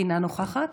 אינה נוכחת,